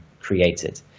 created